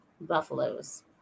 buffaloes